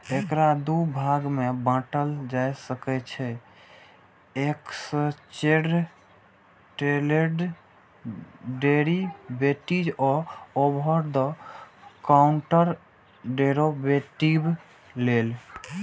एकरा दू भाग मे बांटल जा सकै छै, एक्सचेंड ट्रेडेड डेरिवेटिव आ ओवर द काउंटर डेरेवेटिव लेल